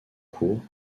cours